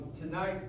tonight